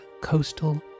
Coastal